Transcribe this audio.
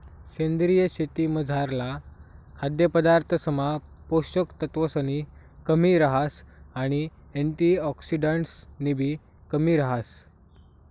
सेंद्रीय शेतीमझारला खाद्यपदार्थसमा पोषक तत्वसनी कमी रहास आणि अँटिऑक्सिडंट्सनीबी कमी रहास